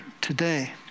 today